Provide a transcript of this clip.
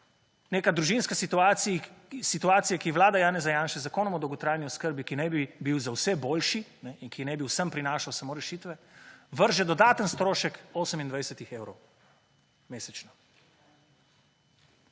neka družinska situacija, ki vlada Janeza Janše z zakonom o dolgotrajni oskrbi, ki naj bi bil za vse boljši in ki naj bi vsem prinašal samo rešitve, vrže dodaten strošek 28-ih evrov mesečno.